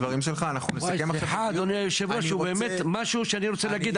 אמורים להתחיל איתו ולא אמרתי אותו מספיק חזק,